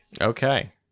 Okay